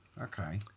Okay